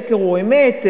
שקר הוא אמת,